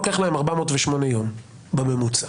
לוקח 408 בממוצע